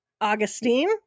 augustine